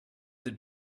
did